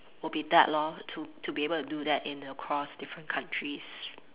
would be that lor to to be able to do that in across different countries